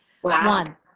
one